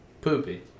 Poopy